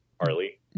Harley